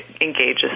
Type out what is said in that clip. engages